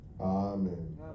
Amen